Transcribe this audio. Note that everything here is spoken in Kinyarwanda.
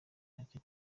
ntaco